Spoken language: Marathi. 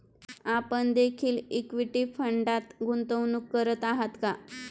आपण देखील इक्विटी फंडात गुंतवणूक करत आहात का?